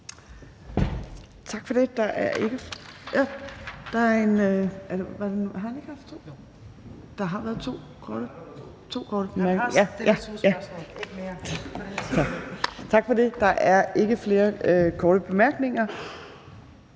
Tak for det. Der er ikke flere korte bemærkninger.